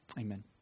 Amen